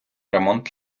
ремонт